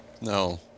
No